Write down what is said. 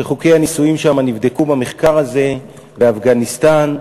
שחוקי הנישואים שם נבדקו במחקר הזה, ואפגניסטן,